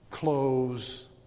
Clothes